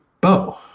Bo